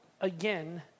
again